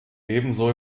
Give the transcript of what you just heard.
ebenso